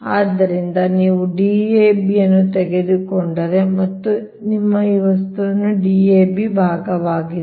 ಆದ್ದರಿಂದ ನೀವು Dab ಅನ್ನು ತೆಗೆದುಕೊಂಡರೆ ಮತ್ತು ನಿಮ್ಮ ಈ ವಸ್ತುವನ್ನು Dab ಭಾಗವಾಗಿದೆ